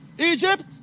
Egypt